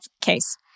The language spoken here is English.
case